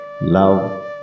love